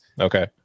Okay